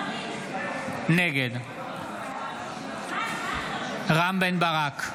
נגד רם בן ברק,